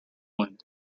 point